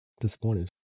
disappointed